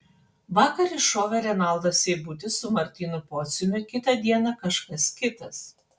vakar iššovė renaldas seibutis su martynu pociumi kitą dieną kažkas kitas